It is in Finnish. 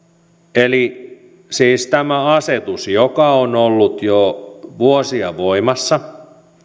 siis tämä asetus joka on ollut jo vuosia voimassa